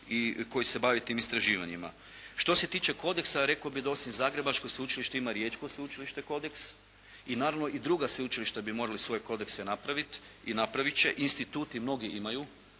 koji se bave tim istraživanjima. Što se tiče kodeksa rekao bih da osim zagrebačkog sveučilišta ima i riječko sveučilište kodeks. I naravno i druga sveučilišta bi morala svoje kodekse napravit. I napravit će. Instituti mnogi imaju,